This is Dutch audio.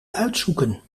uitzoeken